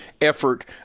effort